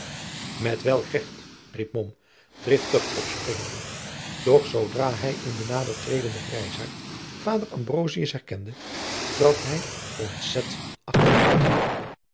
met welk recht riep mom driftig opspringende doch zoodra hij in den nadertredenden grijzaart vader ambrosius herkende trad hij ontzet achteruit